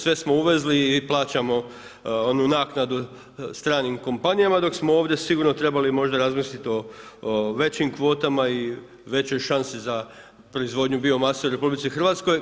Sve smo uvezli i plaćamo onu naknadu stranim kompanijama, dok smo ovdje sigurno trebali možda razmislit o većim kvotama i većoj šansi za proizvodnju biomase u Republici Hrvatskoj.